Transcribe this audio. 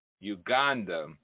Uganda